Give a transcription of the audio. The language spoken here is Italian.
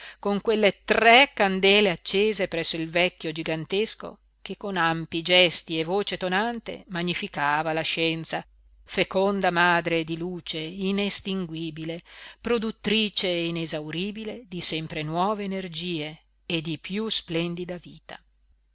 con quelle tre candele accese presso il vecchio gigantesco che con ampii gesti e voce tonante magnificava la scienza feconda madre di luce inestinguibile produttrice inesauribile di sempre nuove energie e di piú splendida vita